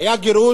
היה גירוש